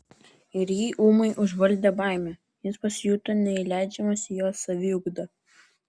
ir jį ūmai užvaldė baimė jis pasijuto neįleidžiamas į jos saviugdą